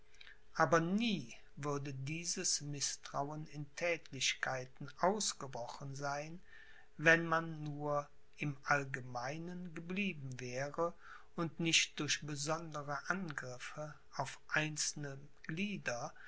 aber nie würde dieses mißtrauen in thätlichkeiten ausgebrochen sein wenn man nur im allgemeinen geblieben wäre und nicht durch besondere angriffe auf einzelne glieder